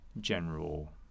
general